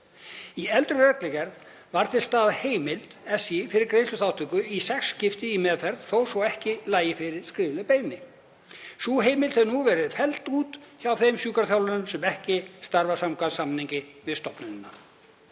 Í eldri reglugerð var til staðar heimild SÍ fyrir greiðsluþátttöku í sex skiptum í meðferð þó svo að ekki lægi fyrir skrifleg beiðni. Sú heimild hefur nú verið felld út hjá þeim sjúkraþjálfurum sem ekki starfa samkvæmt samningi við stofnunina.“